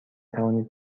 توانید